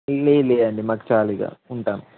లేదు లేదు అండి మాకు చాలు ఇంకా ఉంటాము